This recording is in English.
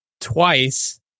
twice